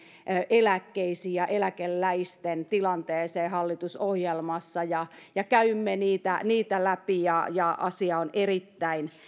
eläkkeisiin ja eläkeläisten tilanteeseen hallitusohjelmassa ja ja käymme niitä niitä läpi ja ja asia on erittäin